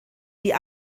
die